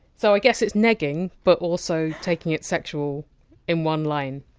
so i guess it's negging but also taking it sexual in one line.